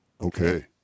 Okay